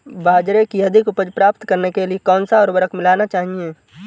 बाजरे की अधिक उपज प्राप्त करने के लिए कौनसा उर्वरक मिलाना चाहिए?